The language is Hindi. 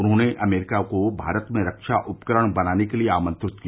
उन्होंने अमरीका को भारत में रक्षा उपकरण बनाने के लिए आमंत्रित किया